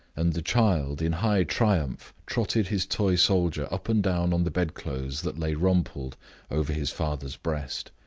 and the child, in high triumph, trotted his toy soldier up and down on the bedclothes that lay rumpled over his father's breast.